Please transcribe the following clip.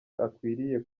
akwiriye